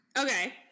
Okay